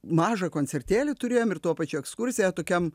mažą koncertėlį turėjom ir tuo pačiu ekskursiją tokiam